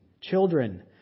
Children